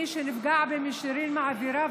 מי שנפגע במישרין מעבירה,